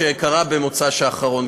שקרה במוצאי שבת האחרון.